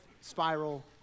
spiral